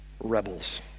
rebels